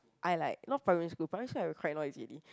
I like not primary school primary school I quite noisy already